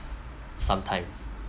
sometime